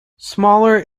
smaller